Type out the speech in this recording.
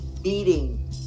beating